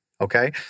Okay